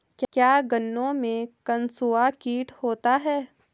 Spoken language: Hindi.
क्या गन्नों में कंसुआ कीट होता है?